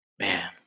man